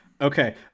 Okay